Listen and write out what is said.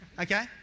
Okay